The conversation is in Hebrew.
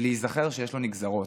ולהיזכר שיש לו נגזרות.